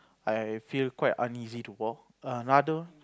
I feel quite uneasy to walk I'd rather